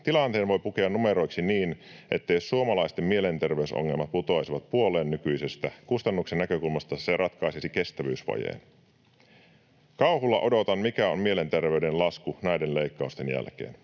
"Tilanteen voi pukea numeroiksi niinkin, että jos suomalaisten mielenterveysongelmat putoaisivat puoleen nykyisestä, kustannusten näkökulmasta se ratkaisisi kestävyysvajeen." Kauhulla odotan, mikä on mielenterveyden lasku näiden leikkausten jälkeen.